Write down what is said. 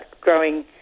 growing